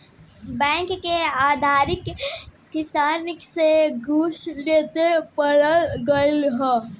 bank के अधिकारी किसान से घूस लेते पकड़ल गइल ह